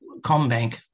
ComBank